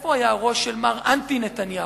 איפה היה הראש של מר אנטי נתניהו?